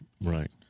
Right